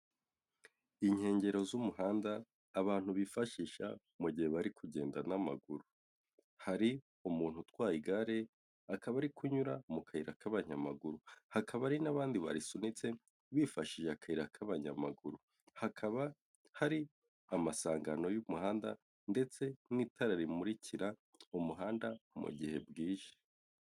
Inkengero z'umuhanda abantu bifashisha mu gihe bari kugenda n'amaguru. Hari umuntu utwaye igare, akaba ari kunyura mu kayira k'abanyamaguru. Hakaba hari n'abandi barisunitse bifashishije akayira k'abanyamaguru. Hakaba hari amasangano y'umuhanda ndetse n'itara rimurikira umuhanda mu gihe bwije.